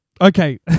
Okay